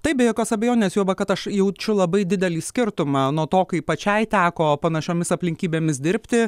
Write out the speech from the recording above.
taip be jokios abejonės juoba kad aš jaučiu labai didelį skirtumą nuo to kai pačiai teko panašiomis aplinkybėmis dirbti